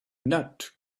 not